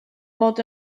mod